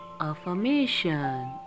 Affirmation